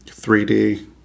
3D